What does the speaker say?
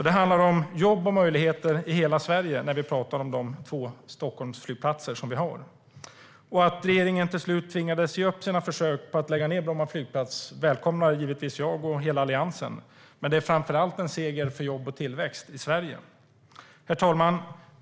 Det handlar alltså om jobb och möjligheter i hela Sverige när vi pratar om de två Stockholmsflygplatser vi har. Att regeringen till slut tvingades ge upp sina försök att lägga ned Bromma flygplats välkomnar givetvis jag och hela Alliansen, men det är framför allt en seger för jobb och tillväxt i Sverige. Herr talman!